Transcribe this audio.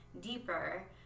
deeper